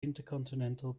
intercontinental